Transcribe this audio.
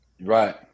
Right